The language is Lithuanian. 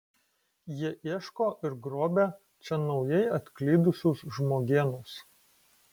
jie ieško ir grobia čia naujai atklydusius žmogėnus